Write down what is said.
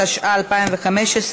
התשע"ה 2015,